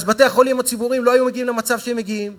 אז בתי-החולים הציבוריים לא היו מגיעים למצב שהם מגיעים אליו,